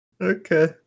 Okay